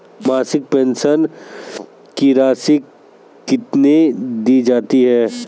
मासिक पेंशन की राशि कितनी दी जाती है?